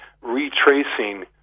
retracing